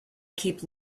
keep